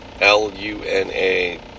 L-U-N-A